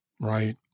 Right